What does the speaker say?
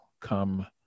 come